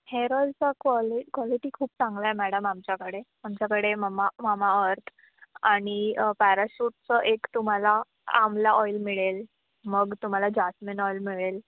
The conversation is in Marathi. हेअर ऑईलचा क्वालि क्वालिटी खूप चांगला आहे मॅडम आमच्याकडे आमच्याकडे ममा मामाअर्थ आणि पॅराशूटचं एक तुम्हाला आमला ऑईल मिळेल मग तुम्हाला जास्मिन ऑईल मिळेल